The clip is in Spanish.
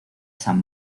san